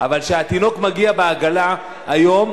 אבל כשהתינוק מגיע בעגלה היום,